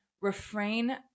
refrain